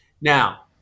Now